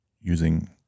using